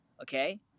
Okay